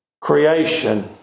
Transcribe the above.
creation